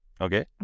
okay